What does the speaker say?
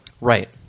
right